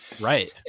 right